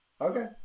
Okay